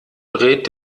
dreht